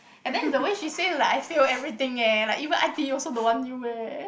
and then the way she say like I fail everything eh like even I_T_E also don't want you eh